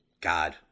God